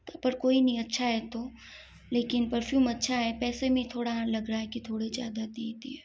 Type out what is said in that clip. प पर कोई नहीं अच्छा है तो लेकिन पर्फ़्यूम अच्छा है पैसे में थोड़ा हाँ लग रहा है कि थोड़े ज़्यादा दे दिए